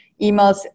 emails